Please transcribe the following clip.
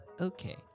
Okay